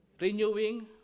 renewing